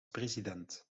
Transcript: president